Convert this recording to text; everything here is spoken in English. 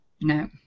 No